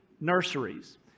nurseries